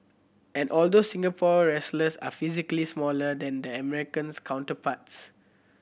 and although Singapore wrestlers are physically smaller than their American counterparts